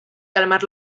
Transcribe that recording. calmar